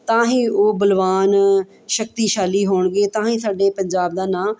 ਤਾਂ ਹੀ ਉਹ ਬਲਵਾਨ ਸ਼ਕਤੀਸ਼ਾਲੀ ਹੋਣਗੇ ਤਾਂ ਹੀ ਸਾਡੇ ਪੰਜਾਬ ਦਾ ਨਾਂ